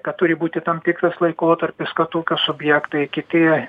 kad turi būti tam tikras laikotarpis kad ūkio subjektai kiti